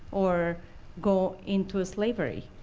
or go into a slavery.